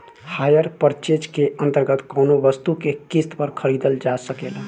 hire purchase के अंतर्गत कौनो वस्तु के किस्त पर खरीदल जा सकेला